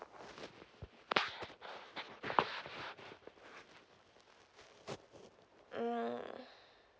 mm